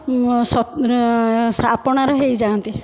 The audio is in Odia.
ଆପଣାର ହୋଇଯାଆନ୍ତି